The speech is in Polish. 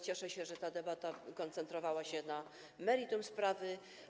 Cieszę się, że ta debata skoncentrowała się na meritum sprawy.